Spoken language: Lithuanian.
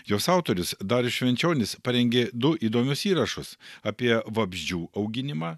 jos autorius darius švenčionis parengė du įdomius įrašus apie vabzdžių auginimą